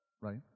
right